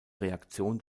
reaktion